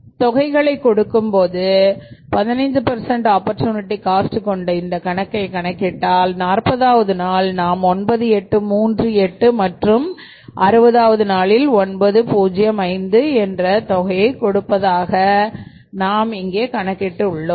தொகைகளைக் கொடுக்கும் 15 of charity cost கொண்ட இந்த கணக்கை கணக்கிட்டால் நாற்பதாவது நாள் நாம் 98 38 மற்றும் 60வது நாளில் ஒன்பது 905 என்ற தொகையைக் கொடுப்பதாக நாம் இங்கே கணக்கிட்டு உள்ளோம்